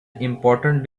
important